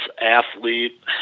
athlete